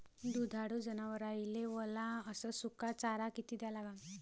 दुधाळू जनावराइले वला अस सुका चारा किती द्या लागन?